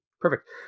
Perfect